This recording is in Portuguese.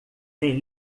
tem